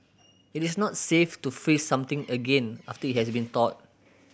it is not safe to freeze something again after it has been thawed